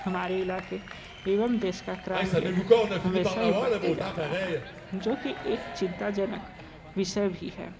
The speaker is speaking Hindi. हमारे इलाके एवं देश का क्राइम रेट हमेशा ही बढ़ते जा रहा है जो कि एक चिंताजनक विषय भी है